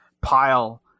pile